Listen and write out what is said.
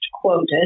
quoted